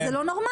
זה לא נורמלי.